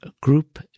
group